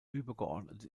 übergeordnet